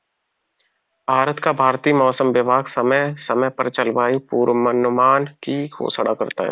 भारत का भारतीय मौसम विभाग समय समय पर जलवायु पूर्वानुमान की घोषणा करता है